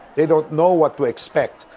they don't know what to expect.